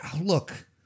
look